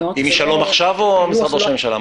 היא משלום עכשיו או ממשרד ראש הממשלה?